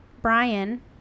Brian